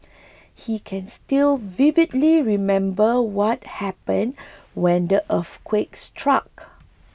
he can still vividly remember what happened when the earthquake struck